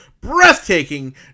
breathtaking